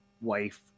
wife